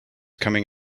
coming